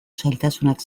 zailtasunak